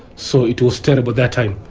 so it was terrible that time.